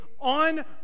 on